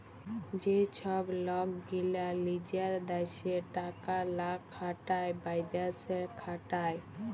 যে ছব লক গীলা লিজের দ্যাশে টাকা লা খাটায় বিদ্যাশে খাটায়